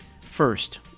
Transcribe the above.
First